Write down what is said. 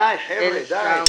די, חבר'ה, די.